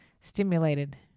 stimulated